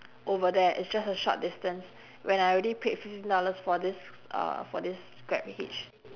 over there it's just a short distance when I already paid fifteen dollars for this uh for this grab hitch